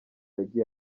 yagiye